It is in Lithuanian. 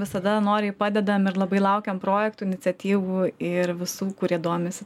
visada noriai padedam ir labai laukiam projektų iniciatyvų ir visų kurie domisi